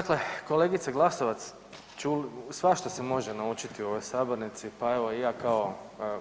Dakle kolegice Glasovac svašta se može naučiti u ovoj sabornici, pa evo i ja kao